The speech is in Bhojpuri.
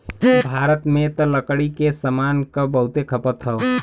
भारत में त लकड़ी के सामान क बहुते खपत हौ